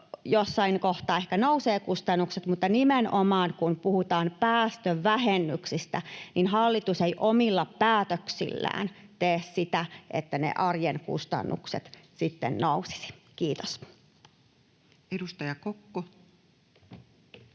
jossain kohtaa ehkä kustannukset nousevat, mutta kun puhutaan nimenomaan päästövähennyksistä, niin hallitus ei omilla päätöksillään tee sitä, että ne arjen kustannukset sitten nousisivat. — Kiitos.